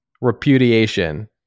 repudiation